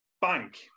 Bank